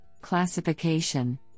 classification